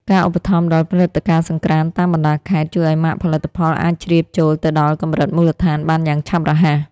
ការឧបត្ថម្ភដល់ព្រឹត្តិការណ៍សង្ក្រាន្តតាមបណ្តាខេត្ត ជួយឱ្យម៉ាកផលិតផលអាចជ្រាបចូលទៅដល់កម្រិតមូលដ្ឋានបានយ៉ាងឆាប់រហ័ស។